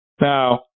Now